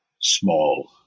small